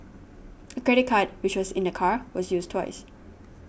a credit card which was in the car was used twice